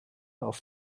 auf